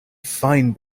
fine